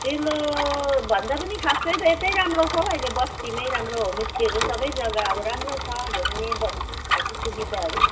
डेलोभन्दा पनि खासै त यतै राम्रो छ हौ अहिले बस्तीमै राम्रो हामस्टेहरू सबै जग्गा राम्रो छ घुम्ने बस्ने सुविधाहरू